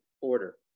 order